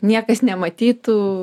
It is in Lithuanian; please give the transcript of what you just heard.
niekas nematytų